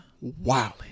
Wow